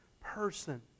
person